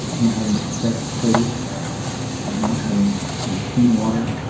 not having fresh produce i'm not having you know clean water